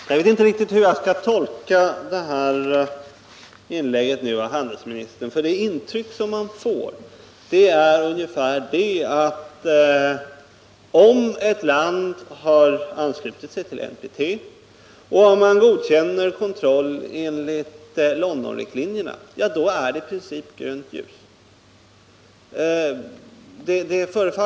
Herr talman! Jag vet inte riktigt hur jag skall tolka handelsministerns senaste inlägg. Det intryck som man får är att om ett land har anslutit sig till NPT-avtalet och om landet godkänner kontroll enligt Londonriktlinjerna, så är det i princip grönt ljus.